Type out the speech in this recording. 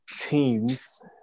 teams